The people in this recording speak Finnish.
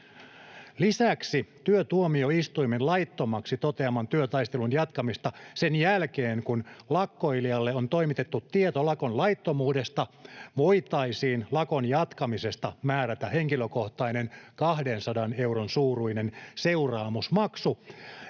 Lisäksi työtuomioistuimen laittomaksi toteaman työtaistelun jatkamisesta sen jälkeen, kun lakkoilijalle on toimitettu tieto lakon laittomuudesta, voitaisiin määrätä henkilökohtainen 200 euron suuruinen seuraamusmaksu,